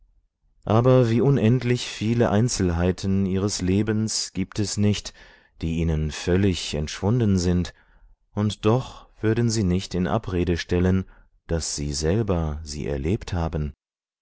aber wie unendlich viele einzelheiten ihres lebens gibt es nicht die ihnen völlig entschwunden sind und doch würden sie nicht in abrede stellen daß sie selber sie erlebt haben